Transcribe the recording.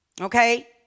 Okay